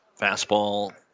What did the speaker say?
Fastball